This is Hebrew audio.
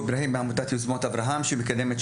שילוב ושוויון בין יהודים לערבים בישראל.